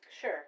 Sure